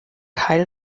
kyle